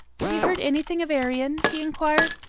have you heard anything of arion? he inquired.